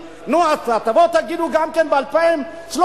תבואו ותגידו גם כן ב-2013: